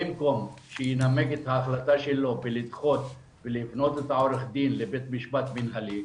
במקום שינמק את ההחלטה שלו ולדחות ולהפנות את העו"ד לבית משפט מנהלי,